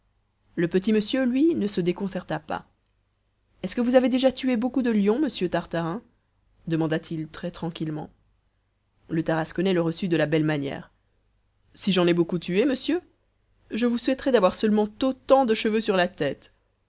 le petit monsieur lui ne se déconcerta pas est-ce que vous avez déjà tué beaucoup de lions monsieur tartarin demanda-t-il très tranquillement le tarasconnais le reçut de la belle manière si j'en ai beaucoup tué monsieur je vous souhaiterais d'avoir seulement autant de cheveux sur la tête